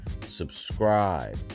Subscribe